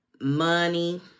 money